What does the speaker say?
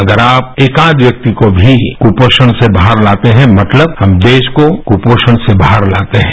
अगर आप एकाध व्यक्ति को भी कृपोषण से बाहर लाते हैं मतलब हम देश को कृपोषण से बाहर लाते हैं